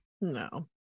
No